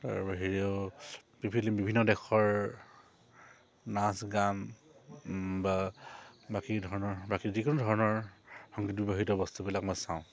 তাৰ বাহিৰেও পৃথিৱী বিভিন্ন দেশৰ নাচ গান বা বাকী ধৰণৰ বাকী যিকোনো ধৰণৰ সংগীত বস্তুবিলাক মই চাওঁ